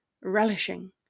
relishing